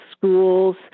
schools